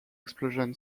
explosion